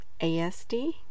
ASD